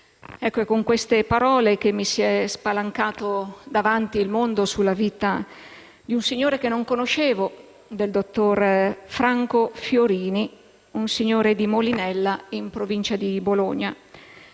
Con queste parole mi si è spalancata davanti la vita di un signore che non conoscevo: il dottor Franco Fiorini, un signore di Molinella, in provincia di Bologna.